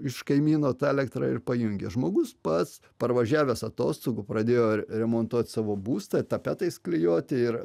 iš kaimyno tą elektrą ir pajungė žmogus pats parvažiavęs atostogų pradėjo re remontuot savo būstą tapetais klijuoti ir